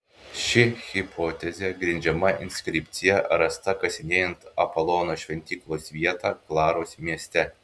ši hipotezė grindžiama inskripcija rasta kasinėjant apolono šventyklos vietą klaros mieste